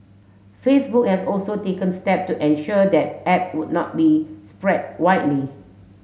Facebook has also taken step to ensure that app would not be spread widely